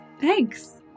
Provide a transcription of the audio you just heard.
Thanks